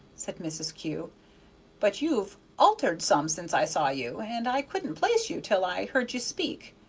said mrs. kew but you've altered some since i saw you, and i couldn't place you till i heard you speak.